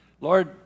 Lord